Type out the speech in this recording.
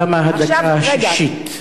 תמה הדקה השישית.